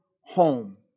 home